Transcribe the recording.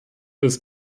des